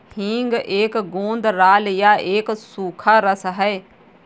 हींग एक गोंद राल या एक सूखा रस है